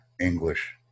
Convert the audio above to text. English